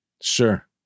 Sure